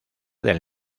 del